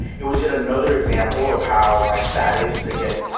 it was yet another example of how my status. again,